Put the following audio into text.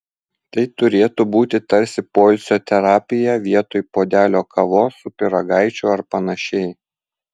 tai turėtų būti tarsi poilsio terapija vietoj puodelio kavos su pyragaičiu ar panašiai